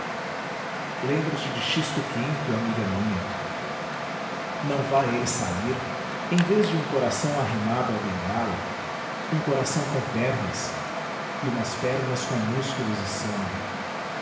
amiga www nead unama br minha não vá ele sair em vez de um coração arrimado à bengala um coração com pernas e umas pernas com músculos e sangue